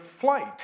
flight